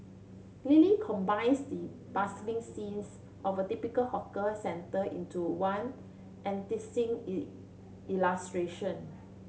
Lily combines the bustling scenes of a typical hawker centre into one enticing illustration